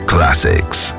Classics